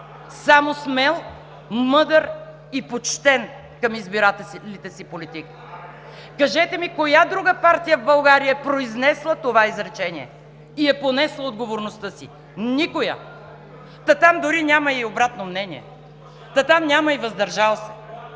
Само смел, мъдър и почтен към избирателите си политик. Кажете ми коя друга партия в България е произнесла това изречение и е понесла отговорността си? Никоя. Та там дори няма и обратно мнение, та там няма и „въздържал се“.